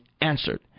answered